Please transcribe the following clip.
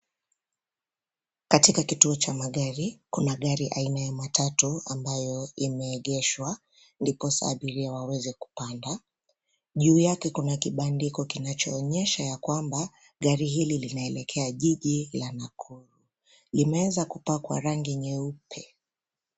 Katika kituo cha magari kuna gari aina ya matatu ambayo imeegeshwa ndiposa abiria waweze kupanda. Juu yake kuna kibandiko kinacho onyesha ya kwamba gari hili linaekea jiji la Nakuru. Limeweza kupakwa rangi nyeupe.